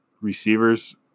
receivers